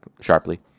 sharply